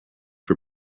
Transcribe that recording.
for